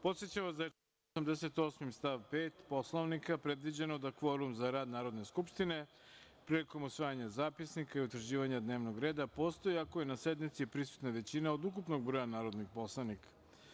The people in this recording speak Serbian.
Podsećam vas da je članom 88. stav 5. Poslovnika predviđeno da kvorum za rad Narodne skupštine, prilikom usvajanja zapisnika i utvrđivanja dnevnog reda, postoji ako je na sednici prisutna većina od ukupnog broja narodnih poslanika.